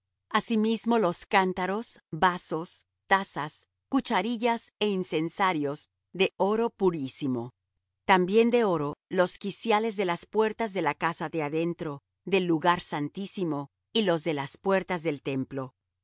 asimismo los cántaros vasos tazas cucharillas é incensarios de oro purísimo también de oro los quiciales de las puertas de la casa de adentro del lugar santísimo y los de las puertas del templo así se